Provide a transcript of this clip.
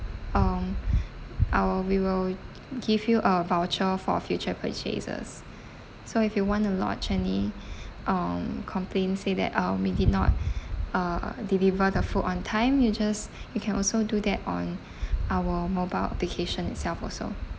um I'll we will give you a voucher for future purchases so if you want to lodge any um complaints say that uh we did not uh deliver the food on time you just you can also do that on our mobile application itself also